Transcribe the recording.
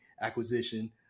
acquisition